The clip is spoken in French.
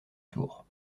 tours